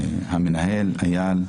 למנהל הוועדה איל,